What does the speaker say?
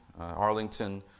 Arlington